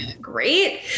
Great